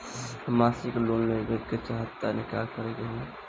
हम मासिक लोन लेवे के चाह तानि का करे के होई?